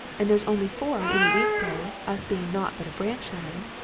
and there's only four on any week-day, us being naught but a branch line,